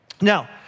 Now